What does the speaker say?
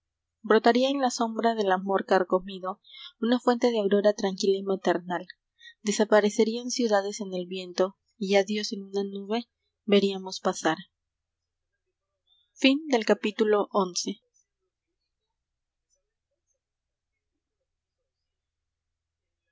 brotaría en la sombra del amor carcomido una fuente de aurora tranquila y maternal desaparecerían ciudades en el viento y a dios en una nube veríamos pasar